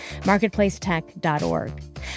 marketplacetech.org